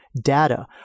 data